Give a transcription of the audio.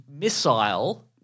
missile